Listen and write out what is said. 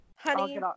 Honey